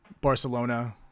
Barcelona